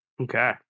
Okay